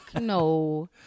no